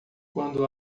quando